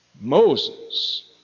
Moses